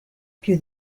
più